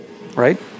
right